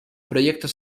proyectos